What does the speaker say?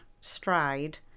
stride